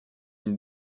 une